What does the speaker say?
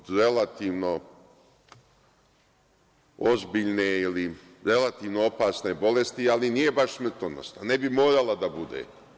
Dođe čovek od relativno ozbiljne ili relativno opasne bolesti, ali nije baš smrtonosna, ne bi morala da bude.